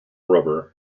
rubber